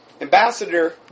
Ambassador